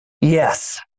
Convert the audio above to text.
Yes